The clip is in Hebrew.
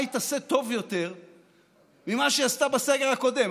מה היא תעשה טוב יותר ממה שהיא עשתה בסגר הקודם?